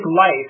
life